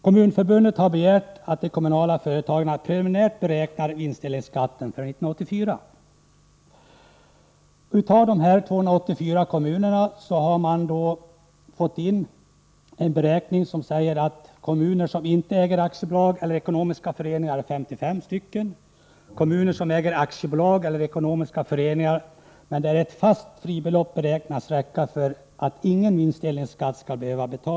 Kommunförbundet har uppmanat kommunala företag att göra en preliminär beräkning av vinstdelningsskatten för 1984. 284 kommuner har gjort en sådan beräkning. Därav framgår att kommuner som inte äger aktiebolag eller ekonomiska föreningar är 55 stycken. Kommuner som äger aktiebolag eller ekonomiska föreningar, men som genom ett fast fribelopp beräknas slippa betala vinstdelningsskatt, är 41 stycken.